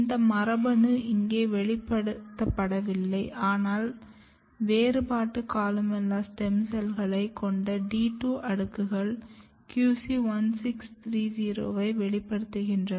இந்த மரபணு இங்கே வெளிப்படுத்தப்படவில்லை ஆனால் வேறுபட்ட கோலுமெல்லா செல்களைக் கொண்ட D 2 அடுக்குகள் Q1630 ஐ வெளிப்படுத்துகின்றன